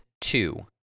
two